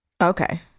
Okay